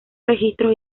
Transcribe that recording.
registros